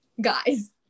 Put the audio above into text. guys